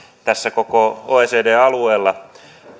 tässä koko oecd alueella